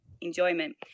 enjoyment